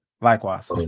Likewise